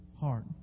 heart